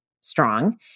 strong